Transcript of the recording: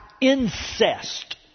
incest